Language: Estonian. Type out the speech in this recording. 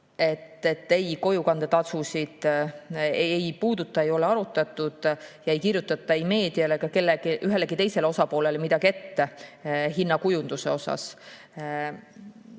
et kojukandetasusid eelnõu ei puuduta, neid ei ole arutatud ja ei kirjutata ei meediale ega ühelegi teisele osapoolele midagi ette hinnakujunduse osas.